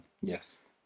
Yes